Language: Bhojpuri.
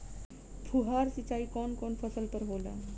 फुहार सिंचाई कवन कवन फ़सल पर होला?